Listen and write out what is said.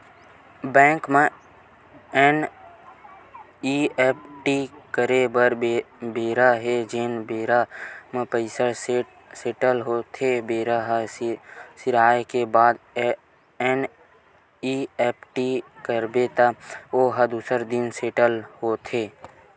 bank म NEFT करे बर बेरा हे जेने बेरा म पइसा सेटल होथे बेरा ह सिराए के बाद एन.ई.एफ.टी करबे त ओ ह दूसर दिन सेटल होथे